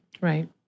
Right